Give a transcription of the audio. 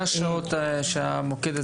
מה השעות שהמוקד הזה פתוח?